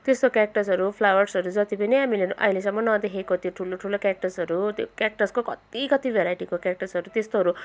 त्यस्तो क्याक्टसहरू फ्लावर्सहरू जति पनि हामीले अहिलेसम्म नदेखेको त्यो ठुलो ठुलो क्याक्टसहरू क्याक्टसको कति कति भेराइटीको क्याक्टसहरू त्यस्तोहरू